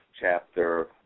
chapter